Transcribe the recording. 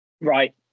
Right